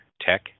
Tech